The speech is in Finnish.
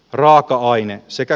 raaka aineen sekä